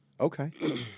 okay